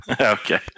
Okay